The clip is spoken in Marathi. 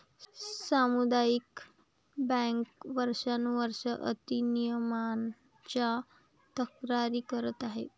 सामुदायिक बँका वर्षानुवर्षे अति नियमनाच्या तक्रारी करत आहेत